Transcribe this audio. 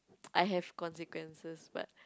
I have consequences but